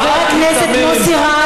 אתה לא מבחין, חבר הכנסת מוסי רז.